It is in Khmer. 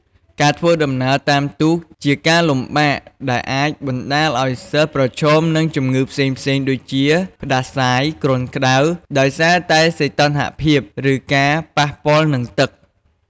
ការធ្វើដំណើរតាមទូកជាការលំបាក ដែលអាចបណ្ដាលឱ្យសិស្សប្រឈមនឹងជំងឺផ្សេងៗ ដូចជា ផ្តាសាយ គ្រុនក្ដៅ ដោយសារតែសីតុណ្ហភាព ឬការប៉ះពាល់នឹងទឹក។